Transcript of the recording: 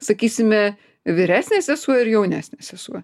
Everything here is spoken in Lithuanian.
sakysime vyresnė sesuo ir jaunesnė sesuo